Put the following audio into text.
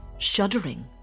shuddering